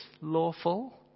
lawful